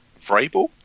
Vrabel